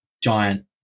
giant